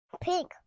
Pink